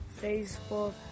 Facebook